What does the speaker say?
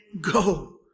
go